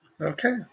okay